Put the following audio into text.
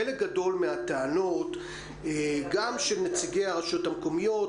חלק גדול מהטענות גם של נציגי הרשויות המקומיות,